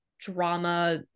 drama